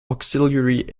auxiliary